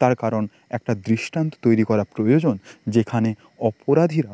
তার কারণ একটা দৃষ্টান্ত তৈরি করা প্রয়োজন যেখানে অপরাধীরা